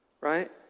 right